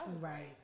Right